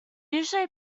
usually